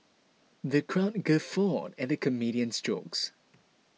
the crowd guffawed at the comedian's jokes